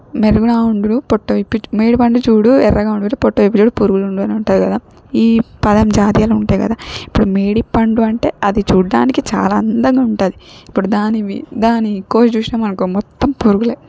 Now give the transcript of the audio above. మెరుగునా ఉండును పొట్ట విప్పి చూ మేడిపండు చూడు ఎర్రగా ఉండును పొట్ట విప్పి చూడు పురుగులు ఉండు అనుంటుంది కదా ఈ పదం జాతీయాలుంటాయి కదా ఇప్పుడు మేడి పండు అంటే అది చూడడానికి చాలా అందంగా ఉంటాది ఇప్పుడు దాన్ని వి దాని కోసి చూసినాం అనుకో మొత్తం పురుగులే